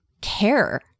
care